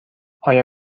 آیا